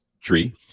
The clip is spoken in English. tree